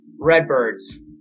Redbirds